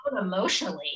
emotionally